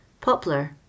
Poplar